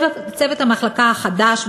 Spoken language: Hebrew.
צוות המחלקה החדש,